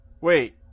wait